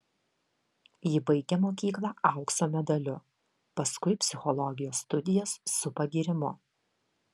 ji baigė mokyklą aukso medaliu paskui psichologijos studijas su pagyrimu